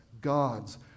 God's